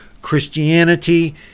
Christianity